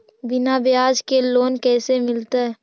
बिना ब्याज के लोन कैसे मिलतै?